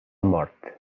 mort